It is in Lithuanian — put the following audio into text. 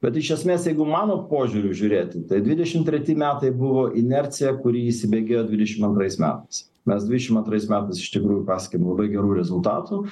bet iš esmės jeigu mano požiūriu žiūrėti tai dvidešim treti metai buvo inercija kuri įsibėgėjo dvidešim antrais metais mes dvidešim antrais metais iš tikrųjų pasiekėm labai gerų rezultatų